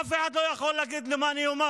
אף אחד לא יכול להגיד לי מה אני אומר.